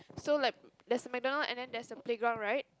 so like there's MacDonald and then there's a playground right